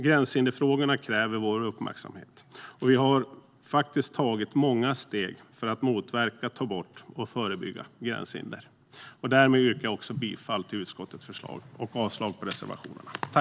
Gränshinderfrågorna kräver vår uppmärksamhet, och vi har faktiskt tagit många steg för att motverka, ta bort och förebygga gränshinder. Därmed yrkar jag också bifall till utskottets förslag och avslag på reservationerna.